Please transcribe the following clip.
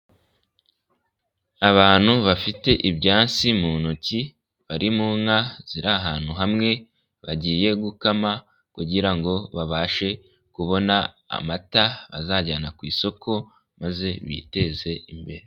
Abantu bafite ibyansi mu ntoki bari mu nka ziri ahantu hamwe bagiye gukama kugira ngo babashe kubona amata bazajyana ku isoko maze biteze imbere.